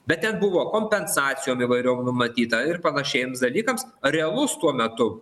bet ten buvo kompensacijom įvairiom numatyta ir panašiems dalykams realus tuo metu